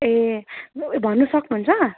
ए भन्नु सक्नु हुन्छ